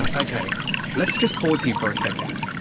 okay let's just pause here for a second.